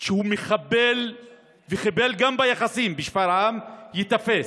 שחיבל גם ביחסים בשפרעם, ייתפס.